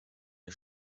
wir